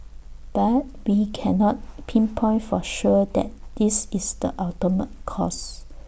but we cannot pinpoint for sure that that is the ultimate cause